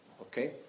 okay